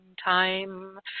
time